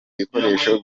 bikoresho